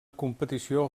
competició